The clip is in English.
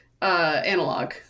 Analog